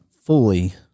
fully